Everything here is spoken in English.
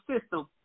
system